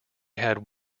had